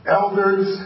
elders